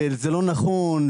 וזה לא נכון.